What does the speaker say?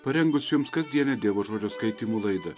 parengusi jums kasdienę dievo žodžio skaitymų laidą